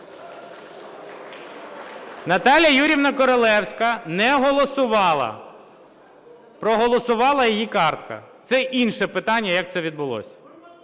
Наталія Юріївна Королевська не голосувала, проголосувала її картка. Це інше питання – як це відбулось.